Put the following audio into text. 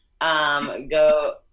go